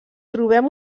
trobem